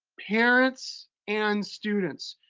parents and students.